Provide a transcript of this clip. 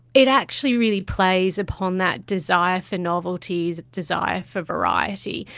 it actually really plays upon that desire for novelty, the desire for variety.